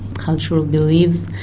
cultural beliefs,